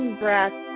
breath